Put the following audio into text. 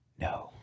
No